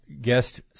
Guest